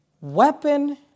weapon